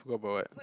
go for what